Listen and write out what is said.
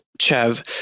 chev